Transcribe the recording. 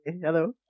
Hello